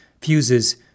fuses